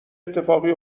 اتفاقی